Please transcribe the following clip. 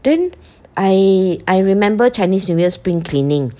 then I I remember chinese new year spring cleaning